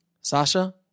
Sasha